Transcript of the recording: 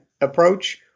approach